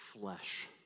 flesh